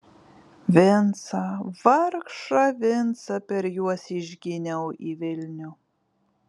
vincą vargšą vincą per juos išginiau į vilnių